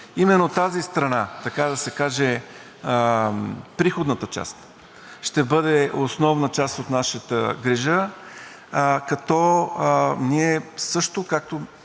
Именно тази страна, така да се каже, приходната част, ще бъде основна част от нашата грижа, като ние също –